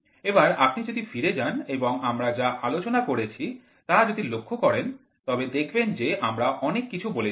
এবার আপনি যদি ফিরে যান এবং আমরা যা আলোচনা করেছি তা যদি লক্ষ্য করেন তবে দেখবেন যে আমরা অনেক কিছু বলেছি